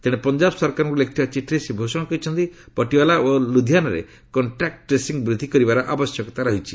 ତେଣେ ପଞ୍ଜାବ ସରକାରଙ୍କୁ ଲେଖିଥିବା ଚିଠିରେ ଶ୍ରୀ ଭୂଷଣ କହିଛନ୍ତି ପଟିୱାଲା ଓ ଲୁଧିଆନାରେ କଣ୍ଟ୍ରାକ୍ ଟ୍ରେସି ବୃଦ୍ଧି କରିବାର ଆବଶ୍ୟକତା ରହିଛି